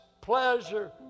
pleasure